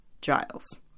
Giles